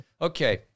Okay